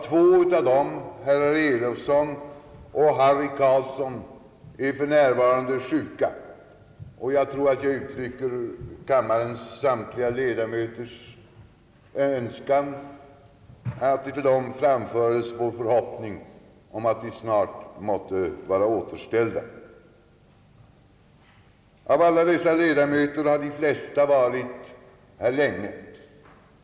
Två av dem, herr Elofsson och herr Harry Carlsson, är för närvarande sjuka, och jag tror att jag uttrycker kammarens samtliga ledamöters önskan att till dem framföres vår förhoppning om att de snart måtte vara återställda. Av de avgående ledamöterna har de flesta varit här länge.